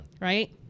Right